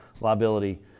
liability